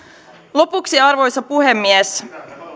lopuksi arvoisa puhemies